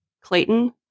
Clayton